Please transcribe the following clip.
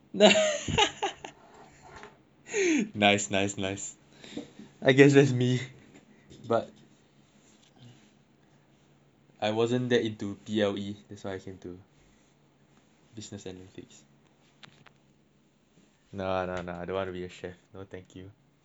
nice nice nice I guess that's me but I wasn't that into T_L_E that's why I came to business analytics nah nah nah I don't want to be a chef no thank you